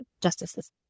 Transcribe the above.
justices